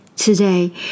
Today